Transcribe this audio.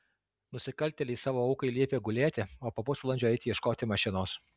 nusikaltėliai savo aukai liepė gulėti o po pusvalandžio eiti ieškoti mašinos